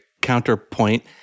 counterpoint